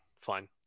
fine